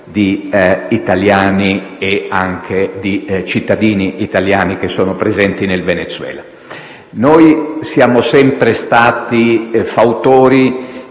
di italiani e anche cittadini italiani presenti in Venezuela. Siamo sempre stati fautori